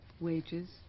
wages